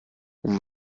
und